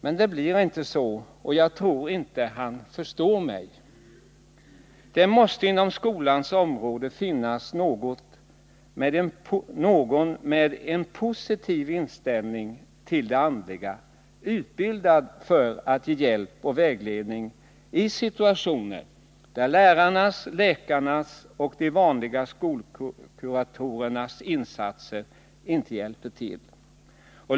Men det blir inte så, och jag tror inte att han förstår mig.” Det måste inom skolans område finnas någon med en positiv inställning till det andliga och utbildad för att ge hjälp och vägledning i situationer där lärarnas, läkarnas och de vanliga skolkuratorernas insatser inte räcker till.